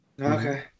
Okay